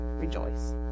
rejoice